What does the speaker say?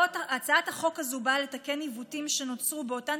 הצעת החוק הזו באה לתקן עיוותים שנוצרו באותן